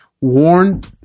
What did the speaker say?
warned